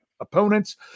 opponents